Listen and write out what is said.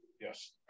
yes